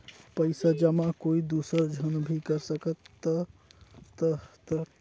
पइसा जमा कोई दुसर झन भी कर सकत त ह का?